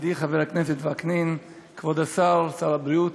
ידידי חבר הכנסת וקנין, כבוד השר, שר הבריאות,